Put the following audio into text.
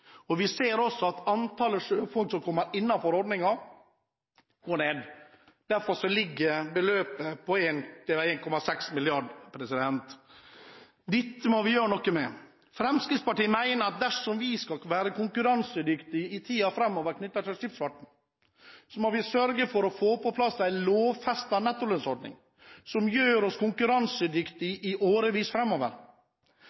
går. Vi ser også at antallet sjøfolk som kommer innenfor ordningen, går ned. Derfor ligger beløpet på 1,6 mrd. kr. Dette må vi gjøre noe med. Fremskrittspartiet mener at dersom vi skal være konkurransedyktige i tiden framover med tanke på skipsfarten, må vi sørge for å få på plass en lovfestet nettolønnsordning som gjør oss konkurransedyktig